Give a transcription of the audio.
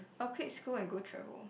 I'll quit school and go travel